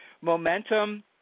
Momentum